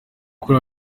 kuri